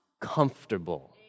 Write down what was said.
comfortable